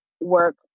work